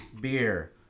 beer